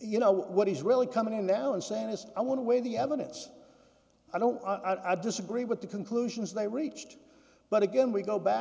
you know what he's really coming in now and saying is i want to weigh the evidence i don't i disagree with the conclusions they reached but again we go back